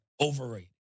overrated